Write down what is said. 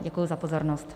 Děkuji za pozornost.